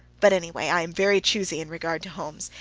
but anyway, i am very choosey in regard to homes,